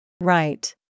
Right